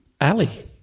Ali